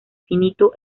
finito